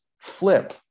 flip